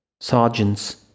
Sergeants